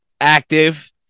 active